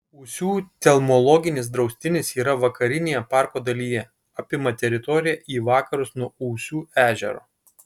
ūsių telmologinis draustinis yra vakarinėje parko dalyje apima teritoriją į vakarus nuo ūsių ežero